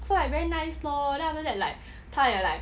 so like very nice lor then after that like 他也 like